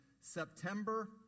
September